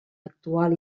actual